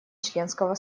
членского